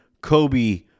Kobe